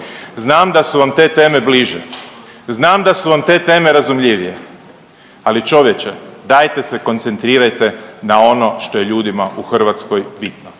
znam da su vam te teme bliže, znam da su vam te teme razumljivije, ali čovječe, dajte se koncentrirajte na ono što je ljudima u Hrvatskoj bitno.